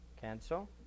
Cancel